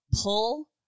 pull